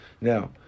Now